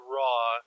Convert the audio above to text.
raw